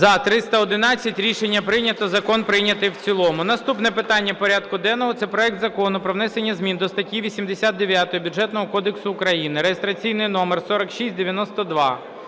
За-311 Рішення прийнято. Закон прийнято в цілому. Наступне питання порядку денного – це проект Закону про внесення змін до статті 89 Бюджетного кодексу України (реєстраційний номер 4692).